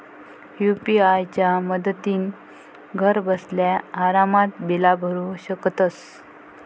UPI च्या मदतीन घरबसल्या आरामात बिला भरू शकतंस